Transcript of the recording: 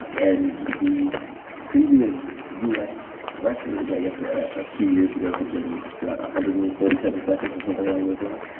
and the previous us record, i guess, a ah few years ago had been one hundred and forty seven seconds or something along those lines?